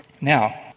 now